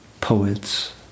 poets